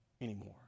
anymore